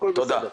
הכול בסדר.